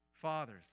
fathers